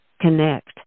connect